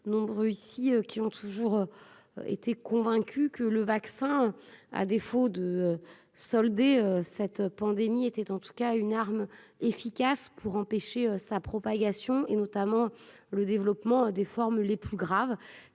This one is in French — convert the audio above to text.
nombreux, ici, qui ont toujours été convaincus que le vaccin à défaut de solder cette pandémie était en tout cas une arme efficace pour empêcher sa propagation, et notamment le développement des formes les plus graves